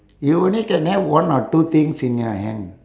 you only can have one or two things in your hand